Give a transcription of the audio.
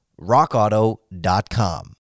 rockauto.com